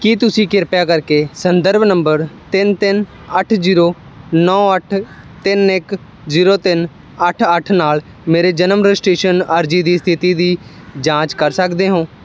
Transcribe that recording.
ਕੀ ਤੁਸੀਂ ਕਿਰਪਾ ਕਰਕੇ ਸੰਦਰਭ ਨੰਬਰ ਤਿੰਨ ਤਿੰਨ ਅੱਠ ਜ਼ੀਰੋ ਨੌਂ ਅੱਠ ਤਿੰਨ ਇੱਕ ਜ਼ੀਰੋ ਤਿੰਨ ਅੱਠ ਅੱਠ ਨਾਲ ਮੇਰੇ ਜਨਮ ਰਜਿਸਟ੍ਰੇਸ਼ਨ ਅਰਜ਼ੀ ਦੀ ਸਥਿਤੀ ਦੀ ਜਾਂਚ ਕਰ ਸਕਦੇ ਹੋ